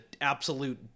absolute